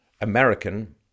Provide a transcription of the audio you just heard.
american